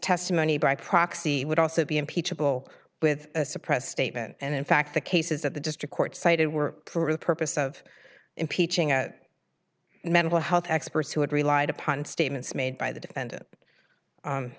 testimony by proxy would also be impeachable with suppressed statement and in fact the cases that the district court cited were for the purpose of impeaching a mental health experts who had relied upon statements made by the defendant